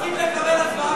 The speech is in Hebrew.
חיים,